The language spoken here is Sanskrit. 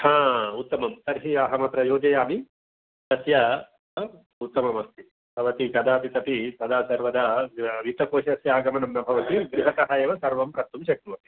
उत्तमं तर्हि अहम् अत्र योजयामि तस्य उत्तमम् अस्ति भवती कदापि सति सदा सर्वदा वित्तकोषस्य आगमनं न भवति गृहतः एव सर्वं कर्तुं शक्नोति